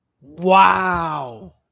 Wow